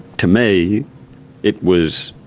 to me it was,